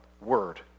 Word